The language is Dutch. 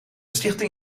stichting